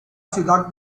ciudad